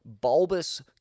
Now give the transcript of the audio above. bulbous